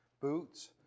boots